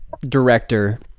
director